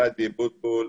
גדי בוטבול,